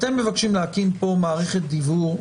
אתם מבקשים להקים פה מערכת דיוור מרכזית.